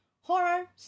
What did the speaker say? horror